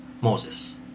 Moses